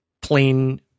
plain